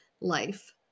life